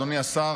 אדוני השר,